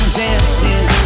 dancing